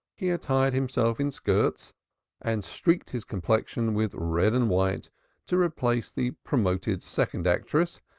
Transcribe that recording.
he attired himself in skirts and streaked his complexion with red and white to replace the promoted second actress,